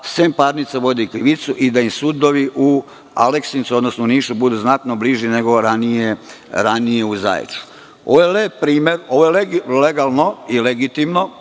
sem parnice vode i krivicu i da im sudovi u Aleksincu, odnosno Nišu, budu znatno bliži nego ranije u Zaječaru. Ovo je legalno i legitimno